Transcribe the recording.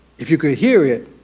if you can hear it,